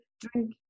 drink